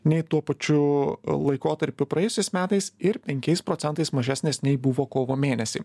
nei tuo pačiu laikotarpiu praėjusiais metais ir penkiais procentais mažesnės nei buvo kovo mėnesį